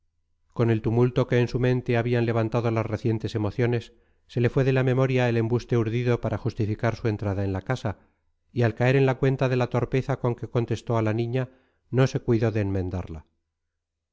con el tumulto que en su mente habían levantado las recientes emociones se le fue de la memoria el embuste urdido para justificar su entrada en la casa y al caer en la cuenta de la torpeza con que contestó a la niña no se cuidó de enmendarla